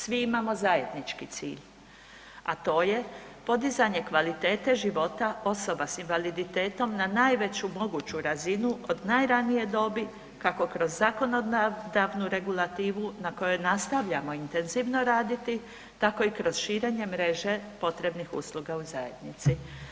Svi imamo zajednički cilj, a to je podizanje kvalitete života osoba s invaliditetom na najveću moguću razinu od najranije dobi kako kroz zakonodavnu regulativu na kojoj nastavljamo intenzivno raditi, tako i kroz širenje mreže potrebnih usluga u zajednici.